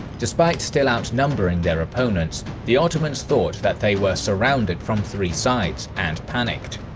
despite, still outnumbering their opponents, the ottomans thought that they were surrounded from three sides and panicked.